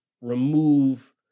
remove